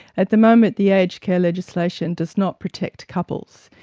at the moment the aged care legislation does not protect couples,